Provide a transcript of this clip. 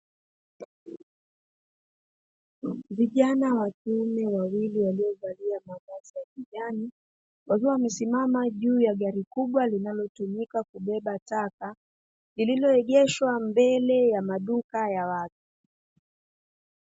Vijana wa kiume wawili waliovalia mavazi ya kijani, wakiwa wamesimama juu ya gari kubwa linalotumika kubeba taka, lililoegeshwa mbele ya maduka ya watu.